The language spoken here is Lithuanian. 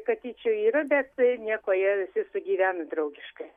katyčių yra bet nieko jie visi sugyvena draugiškai